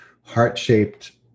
heart-shaped